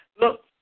look